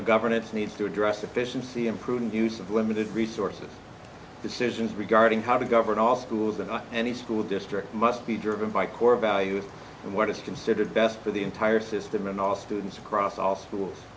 of governance needs to address efficiency in prudent use of limited resources decisions regarding how to govern all schools and any school district must be driven by core values and what is considered best for the entire system in all students across all schools